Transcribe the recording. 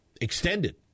extended